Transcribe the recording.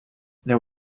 there